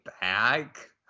back